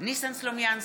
ניסן סלומינסקי,